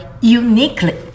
uniquely